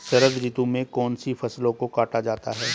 शरद ऋतु में कौन सी फसलों को काटा जाता है?